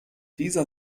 dieser